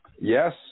Yes